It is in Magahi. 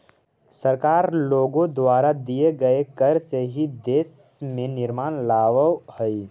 सरकार लोगों द्वारा दिए गए कर से ही देश में निर्माण लावअ हई